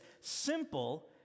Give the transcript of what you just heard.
Simple